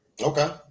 Okay